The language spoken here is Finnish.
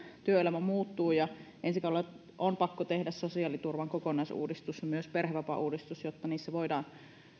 muuttuu ja ensi kaudella on pakko tehdä sosiaaliturvan kokonaisuudistus myös perhevapaauudistus jotta niissä voidaan